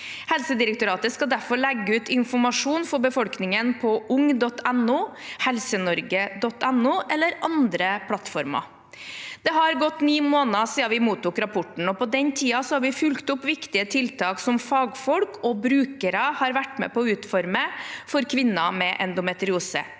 Helsedirektoratet skal derfor legge ut informasjon for befolkningen på ung.no, helsenorge.no eller andre plattformer. Det har gått ni måneder siden vi mottok rapporten, og på den tiden har vi fulgt opp viktige tiltak som fagfolk og brukere har vært med på å utforme for kvinner med endometriose.